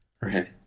Right